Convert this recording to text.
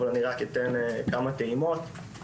אבל אני רק אתן כמה טעימות.